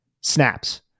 snaps